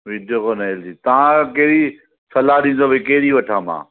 Videocon L G तव्हां केहिड़ी सलाहु ॾींदो की केहिड़ी वठां मां